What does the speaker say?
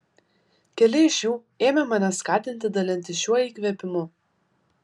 keli iš jų ėmė mane skatinti dalintis šiuo įkvėpimu